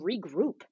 regroup